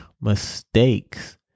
mistakes